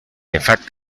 effect